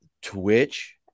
Twitch